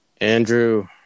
Andrew